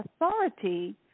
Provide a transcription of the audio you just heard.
authority